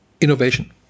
innovation